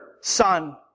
son